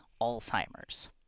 Alzheimer's